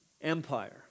Empire